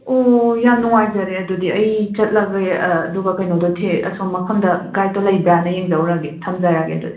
ꯑꯣ ꯌꯥꯝꯃ ꯅꯨꯉꯥꯏꯖꯔꯦ ꯑꯗꯨꯗꯤ ꯑꯩ ꯆꯠꯂꯒꯦ ꯑꯗꯨꯒ ꯀꯩꯅꯣꯗꯣ ꯊꯤ ꯑꯁꯣꯝ ꯃꯐꯝꯗ ꯒꯥꯏꯠꯇꯣ ꯂꯩꯕ꯭ꯔꯥꯅ ꯌꯦꯡꯖꯧꯔꯒꯦ ꯊꯝꯖꯔꯒꯦ ꯑꯗꯨꯗꯤ